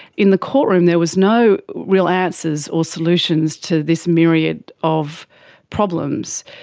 in the courtroom there was no real answers or solutions to this myriad of problems.